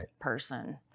person